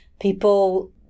People